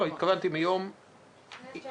התכוונתי מיום ההכרזה.